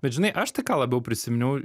bet žinai aš tai ką labiau prisiminiau